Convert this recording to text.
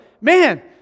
man